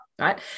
right